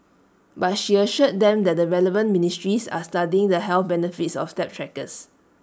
but she assured them that the relevant ministries are studying the health benefits of step trackers